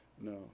no